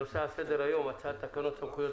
הנושא על סדר-היום: הצעת תקנות סמכויות